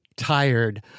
Tired